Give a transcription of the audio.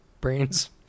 brains